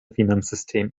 finanzsystem